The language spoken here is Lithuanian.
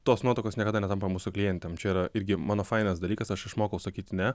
tos nuotakos niekada netampa mūsų klientėm čia yra irgi mano fainas dalykas aš išmokau sakyt ne